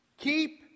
Keep